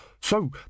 So